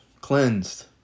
cleansed